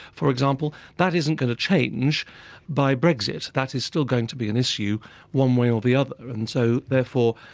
for example. that isn't going to change by brexit, that is still going to be an issue one way or the other. and so, therefore,